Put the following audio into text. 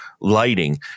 lighting